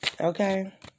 Okay